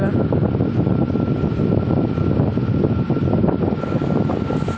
प्रधानमंत्री सुरक्षा बीमा योजना मे अधिक्तम केतना पइसा के दवा मिल सके ला?